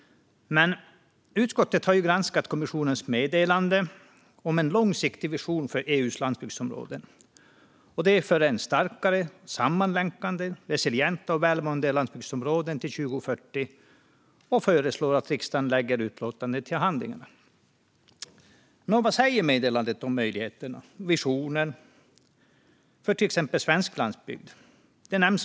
Utskottet har granskat kommissionens meddelande om en långsiktig vision för EU:s landsbygdsområden för starkare, sammanlänkade, resilienta och välmående landsbygdsområden till 2040 och föreslår att riksdagen lägger utlåtandet till handlingarna. Vad säger då meddelandet om möjligheter och visioner för till exempel svensk landsbygd?